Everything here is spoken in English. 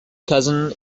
cousin